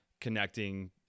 connecting